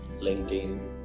LinkedIn